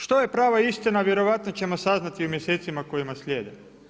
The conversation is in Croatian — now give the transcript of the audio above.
Što je prava istina, vjerojatno ćemo saznati u mjesecima koji slijede.